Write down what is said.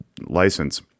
license